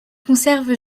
conservent